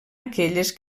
aquelles